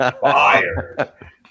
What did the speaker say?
Fire